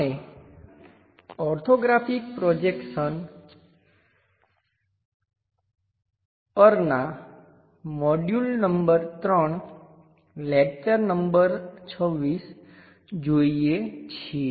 આપણે orthographic projections પરનાં module number 3 lecture number 26 જોઈએ છીએ